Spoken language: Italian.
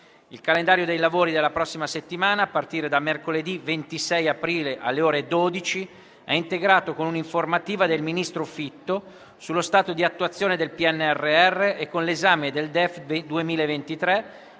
Il calendario dei lavori della prossima settimana, a partire da mercoledì 26 aprile, alle ore 12, è integrato con un'informativa del ministro Fitto sullo stato di attuazione del PNRR e con l'esame del DEF 2023